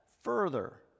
further